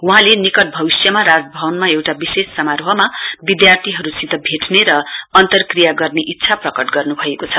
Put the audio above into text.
वहाँले निकट भविष्यमा राजभवनमा एउटा विशेष समारोहमा विद्यार्थीहरूसित भेट्ने र अन्तर्किया गर्ने इच्छा प्रकट गर्नु भएको छ